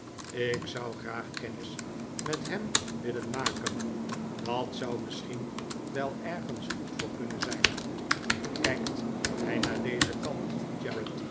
ik zou graag kennis met hem willen maken dat zou misschien wel ergens goed voor kunnen zijn kijkt hij naar dezen kant